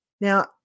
Now